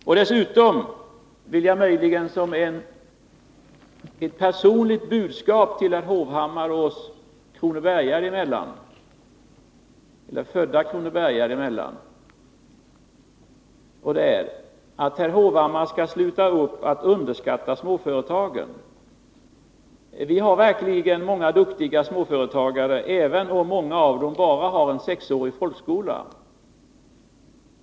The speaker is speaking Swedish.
Oss kronobergare emellan och som ett personligt budskap till herr Hovhammar vill jag också säga att herr Hovhammar skall sluta upp att underskatta småföretagarna. Vi har verkligen många duktiga småföretagare, även om många av dem bara har genomgått 6-årig folkskola.